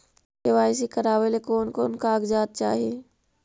KYC करावे ले कोन कोन कागजात चाही?